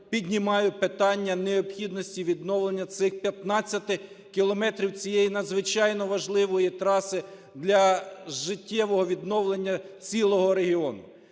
піднімаю питання необхідності відновлення цих 15 кілометрів цієї надзвичайно важливої траси для життєвого відновлення цілого регіону.